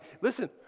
listen